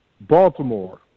Baltimore